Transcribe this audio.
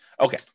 Okay